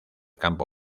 campo